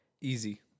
easy